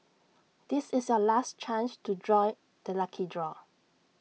this is your last chance to join the lucky draw